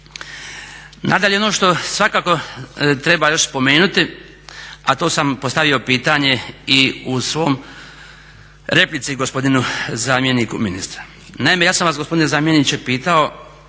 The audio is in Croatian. Nadalje, ono što svakako treba još spomenuti a to sam postavio pitanje i u svojoj replici gospodinu zamjeniku ministra. Naime, ja sam vas gospodine zamjeniče pitao